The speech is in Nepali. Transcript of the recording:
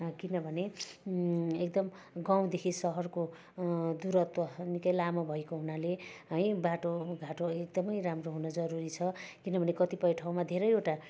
किनभने एकदम गाउँदेखि सहरको दूरत्व निकै लामो भएको हुनाले है बाटोघाटो एकदमै राम्रो हुन जरुरी छ किनभने कतिपय ठाउँमा धेरैवटा